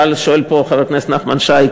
שואל פה חבר הכנסת נחמן שי,